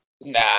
nah